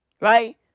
Right